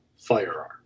firearm